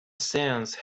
seance